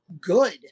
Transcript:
good